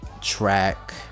track